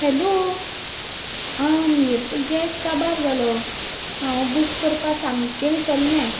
hello आं आमगेरचो gas काबार जालो हांव बूक करपा सामकें विसरलें